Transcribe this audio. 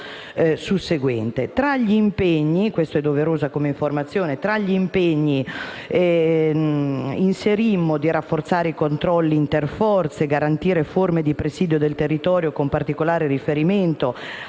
forestali, impegna il Governo: 1) a rafforzare i controlli interforze e garantire forme di presidio del territorio, con particolare riferimento